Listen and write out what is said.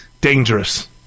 Dangerous